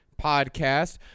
podcast